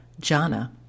jhana